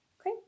Okay